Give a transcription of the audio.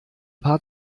paar